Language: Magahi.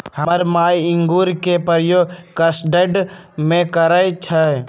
हमर माय इंगूर के प्रयोग कस्टर्ड में करइ छै